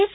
S